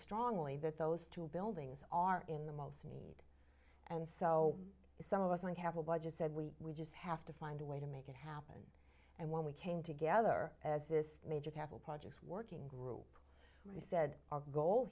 strongly that those two buildings are in the most need and so some of us might have a budget said we we just have to find a way to make it happen and when we came together as this major capital projects working group we said our goal